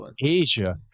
Asia